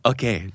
Okay